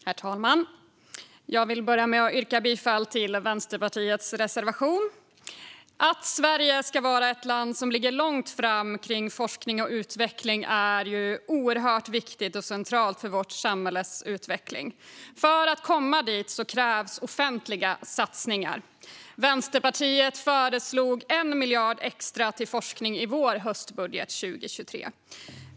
Herr talman! Jag vill börja med att yrka bifall till Vänsterpartiets reservation. Att Sverige ska vara ett land som ligger långt fram när det gäller forskning och utveckling är oerhört viktigt och centralt för vårt samhälles utveckling. För att komma dit krävs det offentliga satsningar. Vänsterpartiet föreslog 1 miljard kronor extra till forskning i vår höstbudget 2023.